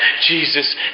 Jesus